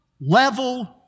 level